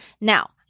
Now